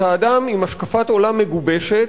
אתה אדם עם השקפת עולם מגובשת,